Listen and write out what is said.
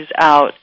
out